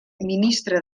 ministre